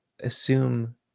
assume